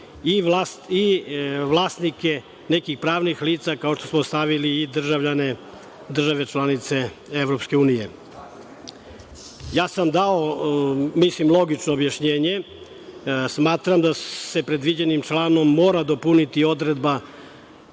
i vlasnike nekih pravnih lica kao što smo stavili i državljane države članice EU.Ja sam dao logično objašnjenje. Smatram da se predviđeni članom mora dopuniti odredba